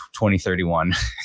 2031